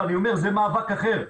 אבל אני אומר שזה מאבק אחר,